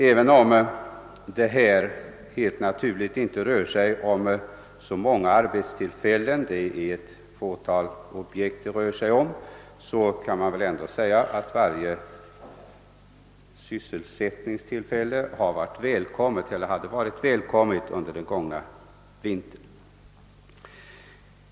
Även om det här helt naturligt inte rör sig om så många arbetstillfällen — det är endast fråga om ett fåtal objekt — kan man väl ändå säga att varje sysselsättningstillfälle hade varit välkommet under den gångna vintern.